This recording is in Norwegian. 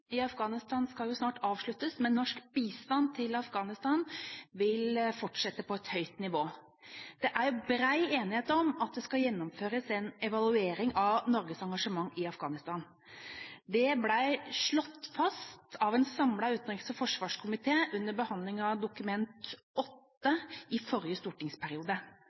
i Afghanistan skal snart avsluttes, men norsk bistand til Afghanistan vil fortsette på et høyt nivå. Det er bred enighet om at det skal gjennomføres en evaluering av Norges engasjement i Afghanistan. Det ble slått fast av en samlet utenriks- og forsvarskomité under behandlingen av Dokument 8:29 S i forrige stortingsperiode.